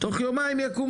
תוך יומיים יקום